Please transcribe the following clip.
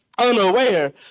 unaware